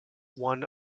won